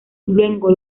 luengo